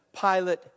Pilate